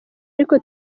ariko